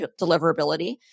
deliverability